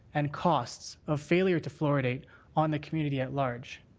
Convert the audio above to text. and costs of failure to fluoridate on the community at large?